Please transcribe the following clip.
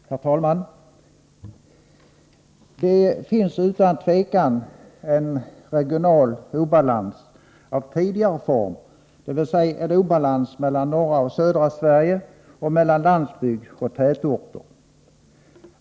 Herr talman! Det finns utan tvivel en regional obalans av tidigare form, dvs. en obalans mellan norra och södra Sverige och mellan landsbygd och tätorter.